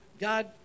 God